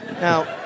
Now